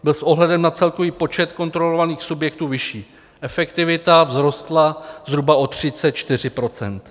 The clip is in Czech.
Bez ohledu na celkový počet kontrolovaných subjektů vyšší efektivita vzrostla zhruba o 34 %.